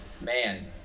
man